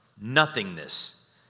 nothingness